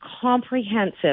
comprehensive